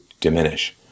diminish